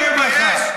כואב לך.